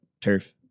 turf